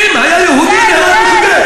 זה ההבדל.